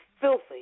filthy